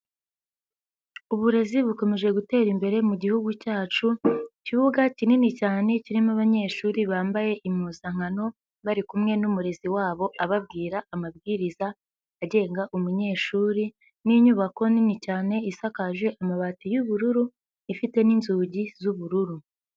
Uburezi bukomeje gutera imbere mu gihugu cyacu, ikibuga kinini cyane kirimo abanyeshuri bambaye impuzankano bari kumwe n'umurezi wabo ababwira amabwiriza agenga umunyeshuri n'inyubako nini cyane isakaje amabati y'ubururu ifite n'inzugi z'ubururu.